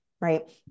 right